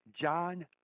John